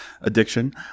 addiction